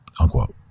Unquote